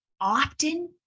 often